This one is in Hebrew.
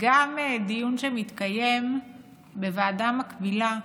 גם דיון שמתקיים בוועדה מקבילה,